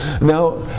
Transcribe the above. now